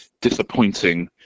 disappointing